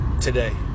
today